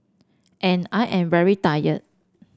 and I am very tired